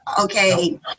Okay